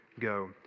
go